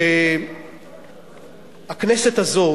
שהכנסת הזאת,